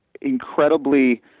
incredibly